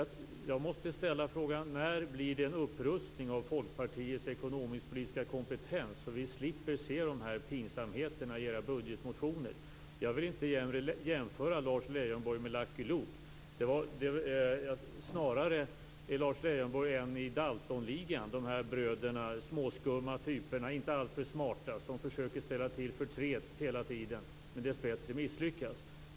Jag måste ställa frågan: När blir det en upprustning av Folkpartiets ekonomisk-politiska kompetens så vi slipper se dessa pinsamheter i era budgetmotioner. Jag vill inte jämföra Lars Leijonborg med Lucky Luke. Lars Leijonborg är snarare en i Daltonligan, de här småskumma, inte alltför smarta bröderna som försöker ställa till förtret hela tiden, med dessbättre misslyckas.